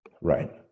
Right